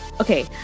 Okay